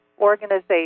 organization